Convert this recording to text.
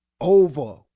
over